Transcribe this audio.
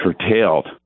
curtailed